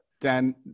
dan